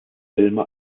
filme